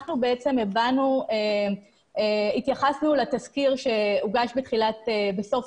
אנחנו התייחסנו לתזכיר שהוגש בסוף